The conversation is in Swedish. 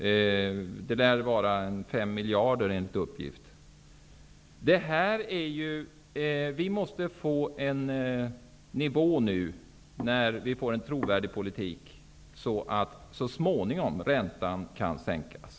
Det lär vara fråga om ca 5 En nivå måste åstadkommas som innebär en trovärdig politik, så att räntan så småningom kan sänkas.